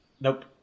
Nope